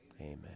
Amen